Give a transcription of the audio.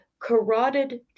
carotid